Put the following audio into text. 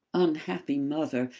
unhappy mother,